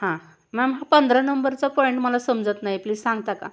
हां मॅम हा पंधरा नंबरचा पॉईंट मला समजत नाही प्लीज सांगता का